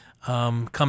Come